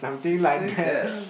she say that ah